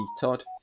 todd